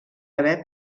haver